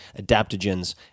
adaptogens